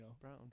Brown